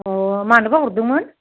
अ मानोबा हरदोंमोन